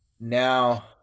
now